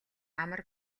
амар